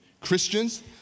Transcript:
Christians